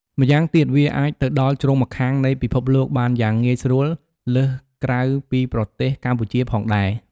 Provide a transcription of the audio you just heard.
ម្យ៉ាងទៀតវាអាចទៅដល់ជ្រុងម្ខាងនៃពិភពលោកបានយ៉ាងងាយស្រួលលើសក្រៅពីប្រទេសកម្ពុជាផងដែរ។